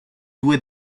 due